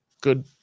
good